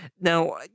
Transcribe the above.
Now